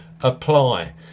apply